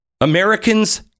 Americans